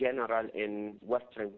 general in western